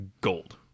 gold